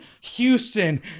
Houston